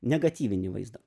negatyvinį vaizdą